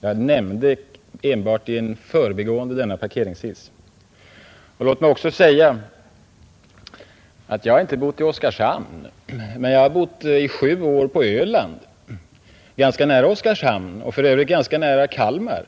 Jag nämnde den enbart i förbigående. Låt mig också säga att jag inte har bott i Oskarshamn, men jag har bott i sju år på Öland, ganska nära Oskarshamn och för övrigt ganska nära Kalmar.